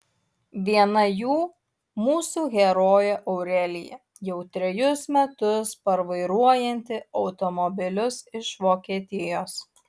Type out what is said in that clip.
viena jų mūsų herojė aurelija jau trejus metus parvairuojanti automobilius iš vokietijos